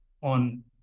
on